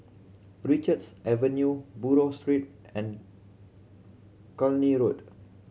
Richards Avenue Buroh Street and Cluny Road